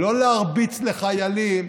לא להרביץ לחיילים,